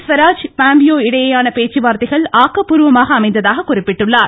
Swaraj Pompeo இடையேயான பேச்சுவார்த்தைகள் ஆக்கப்பூர்வமாக அமைந்ததாக குறிப்பிட்டுள்ளார்